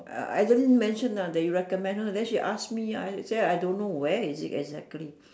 I I don't mention ah that you recommend then she ask me I say I don't know where is it exactly